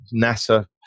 NASA